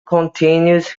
continues